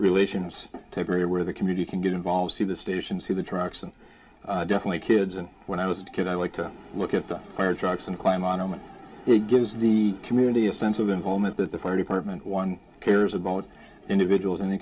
relations type area where the community can get involved see the station see the trucks and definitely kids and when i was a kid i like to look at the fire trucks and climb on home and it gives the community a sense of involvement that the fire department one cares about individuals in the